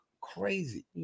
crazy